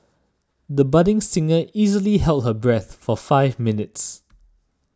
the budding singer easily held her breath for five minutes